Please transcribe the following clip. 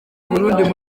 burundi